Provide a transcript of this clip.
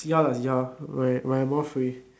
see how lah see how when when I more free